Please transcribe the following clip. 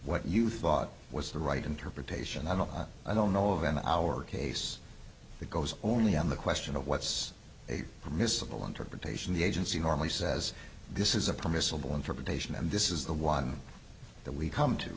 what you thought was the right interpretation and i don't know of any our case that goes only on the question of what's a mystical interpretation the agency normally says this is a permissible interpretation and this is the one that we come to